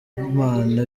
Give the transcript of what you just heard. b’imana